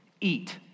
Eat